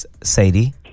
Sadie